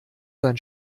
sein